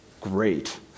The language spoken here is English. Great